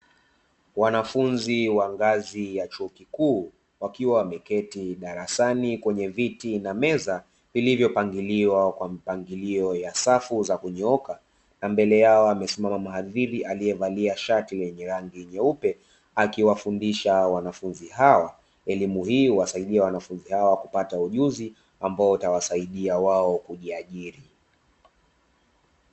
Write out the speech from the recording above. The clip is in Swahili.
Wanafunzi wa ngazi ya chuo kikuu wakiwa wameketi darasani kwenye viti na meza vilivyopangiliwa kwa mipangilio ya safu za kunyooka, na mbele yao amesimama mhadhiri aliyevalia shati lenye rangi nyeupe akiwafundisha wanafunzi hawa, elimu hii huwasaidia wanafunzi kupata ujuzi ambao utawasaidia wao kujiajiri.